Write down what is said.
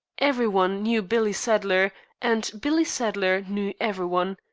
every one knew billy sadler and billy sadler knew every one.